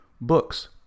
books